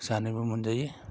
जानोबो मोनजायो